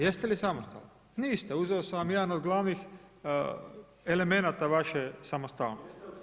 Jeste li samostalni, niste, uzeo sam vam jedan od glavnih elemenata vaše samostalnosti.